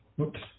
Oops